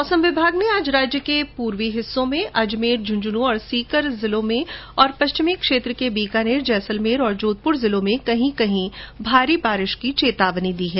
मौसम विभाग ने आज राज्य के पूर्वी हिस्सों में अजमेर झुंझुनूं और सीकर जिले में और पश्चिमी क्षेत्र के बीकानेर जैसलमेर और जोधपुर जिले में कहीं कहीं भारी बारिश की चेतावनी दी है